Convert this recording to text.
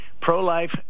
pro-life